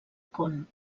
con